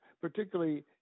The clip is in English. particularly